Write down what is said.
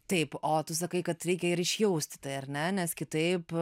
taip o tu sakai kad reikia ir išjausti tai ar ne nes kitaip